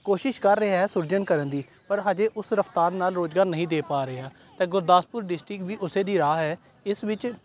ਕੋਸ਼ਿਸ਼ ਕਰ ਰਿਹਾ ਹੈ ਸੁਰਜਨ ਕਰਨ ਦੀ ਪਰ ਅਜੇ ਉਸ ਰਫਤਾਰ ਨਾਲ ਰੁਜ਼ਗਾਰ ਨਹੀਂ ਦੇ ਪਾ ਰਹੇ ਆ ਤਾਂ ਗੁਰਦਾਸਪੁਰ ਡਿਸਟ੍ਰਿਕਟ ਵੀ ਉਸ ਦੀ ਰਾਹ ਹੈ ਇਸ ਵਿੱਚ